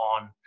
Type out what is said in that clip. on